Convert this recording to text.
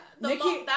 Nikki